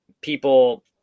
people